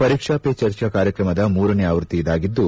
ಪರೀಕ್ಷಾ ಪೆ ಚರ್ಚಾ ಕಾರ್ಕ್ರಮದ ಮೂರನೇ ಆವೃತ್ತಿ ಇದಾಗಿದ್ದು